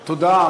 תודה.